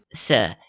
Sir